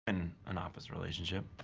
in an office relationship.